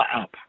up